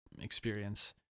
experience